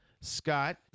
Scott